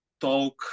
talk